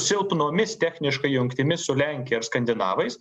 silpnomis techniškai jungtimis su lenkija skandinavais